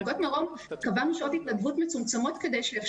במלגות מרום קבענו שעות התנדבות מצומצמות כדי שיהיה